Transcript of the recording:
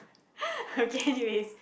okay anyways